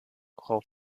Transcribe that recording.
frau